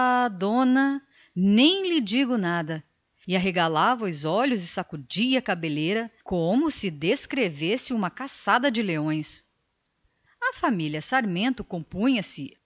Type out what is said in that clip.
dona nem lhe digo nada e arregalava os olhos e sacudia a juba como se descrevesse uma caçada de leões a família sarmento compunha-se